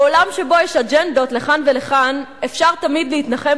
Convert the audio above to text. "בעולם שבו יש אג'נדות לכאן ולכאן אפשר תמיד להתנחם